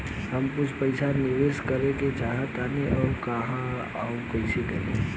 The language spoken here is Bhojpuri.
हम कुछ पइसा निवेश करे के चाहत बानी और कहाँअउर कइसे करी?